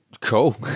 Cool